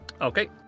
Okay